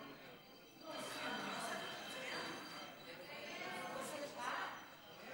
אדוני, עד עשר דקות לרשותך.